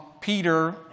Peter